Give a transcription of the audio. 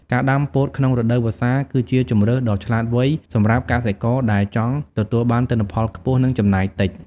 ការដាំពោតក្នុងរដូវវស្សា គឺជាជម្រើសដ៏ឆ្លាតវៃសម្រាប់កសិករដែលចង់ទទួលបានទិន្នផលខ្ពស់ និងចំណាយតិច។